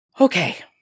Okay